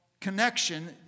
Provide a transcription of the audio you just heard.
connection